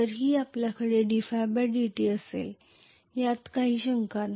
तरीही आपल्याकडे dϕdt असेल यात काही शंका नाही